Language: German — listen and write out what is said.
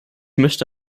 möchte